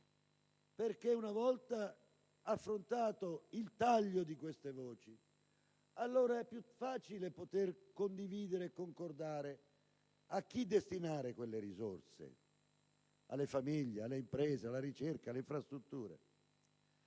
perché una volta affrontato il taglio di queste voci allora è più facile poter concordare sulla distinzione di quelle risorse: alle famiglie, alle imprese, alla ricerca, alle infrastrutture.